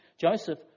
Joseph